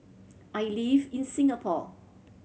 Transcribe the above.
I live in Singapore